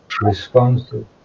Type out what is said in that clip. responsive